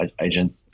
agent